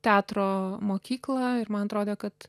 teatro mokyklą ir man atrodė kad